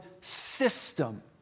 system